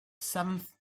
seventh